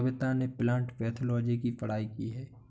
कविता ने plant pathology की पढ़ाई की है